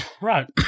Right